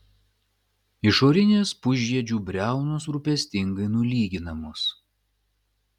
išorinės pusžiedžių briaunos rūpestingai nulyginamos